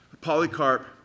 Polycarp